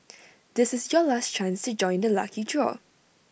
this is your last chance to join the lucky draw